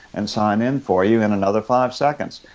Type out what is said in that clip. and sign in for you in another five seconds.